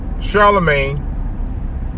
Charlemagne